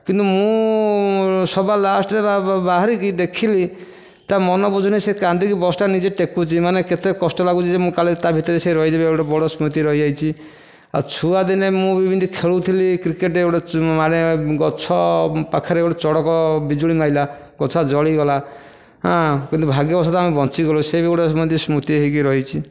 କିନ୍ତୁ ମୁଁ ସବା ଲାଷ୍ଟ୍ରେ ବାହରିକି ଦେଖିଲି ତା ମନ ବୁଝୁନି ସେ କାନ୍ଦିକି ବସ୍ଟା ନିଜେ ଟେକୁଛି ମାନେ କେତେ କଷ୍ଟ ଲାଗୁଛି ଯେ ମୁଁ କାଳେ ତା ଭିତରେ ରହିଥିବି ସେ ବଡ ସ୍ମୃତି ରହିଯାଇଛି ଆଉ ଛୁଆଦିନେ ମୁଁ ଏମିତି ଖେଳୁଥିଲି କ୍ରିକେଟ୍ରେ ମାନେ ଗଛ ପାଖରେ ଗୋଟେ ଚଡ଼କ ବିଜୁଳି ମାରିଲା ଗଛ ଜଳିଗଲା କିନ୍ତୁ ଭାଗ୍ୟବଶତଃ ଆମେ ବଞ୍ଚିଗଲୁ ସେ ବି ଗୋଟେ ସେମିତି ସ୍ମୃତି ହୋଇକି ରହିଛି